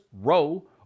row